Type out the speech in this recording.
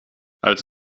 als